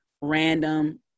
random